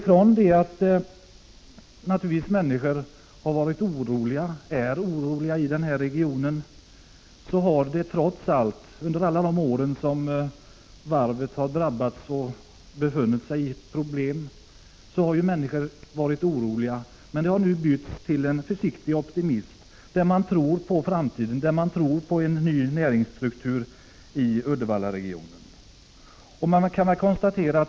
Under alla de år som Uddevallavarvet har varit drabbat och haft problem har människor i Uddevallaregionen varit oroliga. Denna oro har nu bytts till en försiktig optimism med tro på framtiden och på en ny näringsstruktur i regionen.